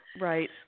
Right